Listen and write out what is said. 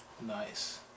Nice